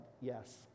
yes